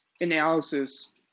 analysis